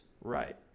Right